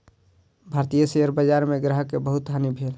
भारतीय शेयर बजार में ग्राहक के बहुत हानि भेल